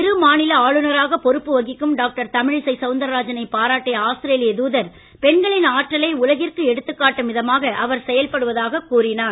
இருமாநில ஆளுநராக பொறுப்பு வகிக்கும் டாக்டர் தமிழிசை சவுந்தரராஜனை பாராட்டிய ஆஸ்திரேலிய தூதர் பெண்களின் ஆற்றலை உலகிற்கு எடுத்துக் காட்டும் விதமாக செயல்படுவதாக கூறினார்